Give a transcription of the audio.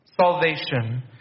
Salvation